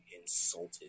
insulted